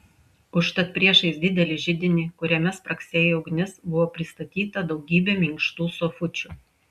užtat priešais didelį židinį kuriame spragsėjo ugnis buvo pristatyta daugybė minkštų sofučių